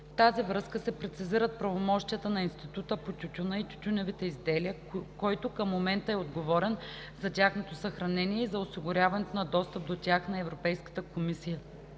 В тази връзка се прецизират правомощията на Института по тютюна и тютюневите изделия, който към момента е отговорен за тяхното съхранение и за осигуряването на достъп до тях на Европейската комисия